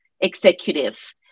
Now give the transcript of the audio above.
executive